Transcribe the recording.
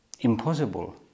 impossible